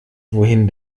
wohin